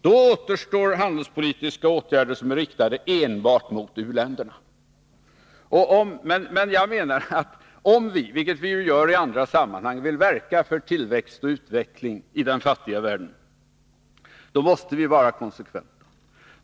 Då återstår handelspolitiska åtgärder som är riktade enbart mot uländerna. Men jag menar att om vi — vilket vi ju gör i andra sammanhang -— vill verka för tillväxt och utveckling i den fattiga världen, måste vi vara konsekventa.